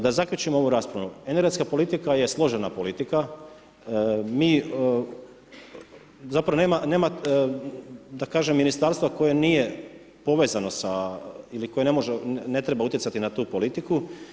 Da zaključim ovu raspravu, energetska politika je složena politika, zapravo nema da kažem ministarstva koje nije povezano i koje ne može i ne treba utjecati na tu politiku.